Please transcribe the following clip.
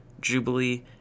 Jubilee